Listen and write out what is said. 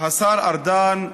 השר ארדן,